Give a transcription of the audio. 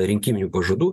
rinkiminių pažadų